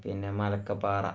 പിന്നെ മലക്കപ്പാറ